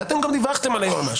ואתם גם דיווחתם על היועמ"ש.